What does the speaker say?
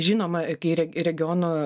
žinoma kai reg regiono